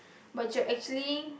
but you're actually